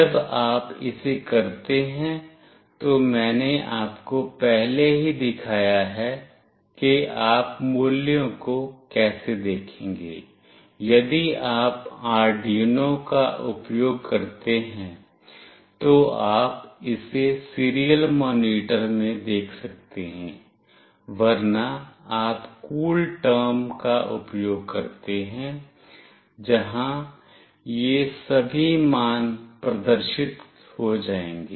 जब आप इसे करते हैं तो मैंने आपको पहले ही दिखाया है कि आप मूल्यों को कैसे देखेंगे यदि आप आर्डयूनो का उपयोग करते हैं तो आप इसे सीरियल मॉनिटर में देख सकते हैं वरना आप कूलटर्म का उपयोग करते हैं जहाँ ये सभी मान प्रदर्शित हो जाएंगे